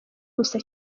gusa